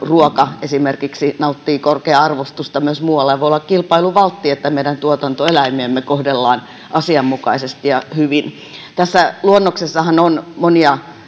ruoka esimerkiksi nauttii korkeaa arvostusta myös muualla voi olla kilpailuvaltti että meidän tuotantoeläimiämme kohdellaan asianmukaisesti ja hyvin tässä luonnoksessahan on